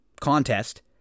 contest